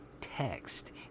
text